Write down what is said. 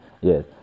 yes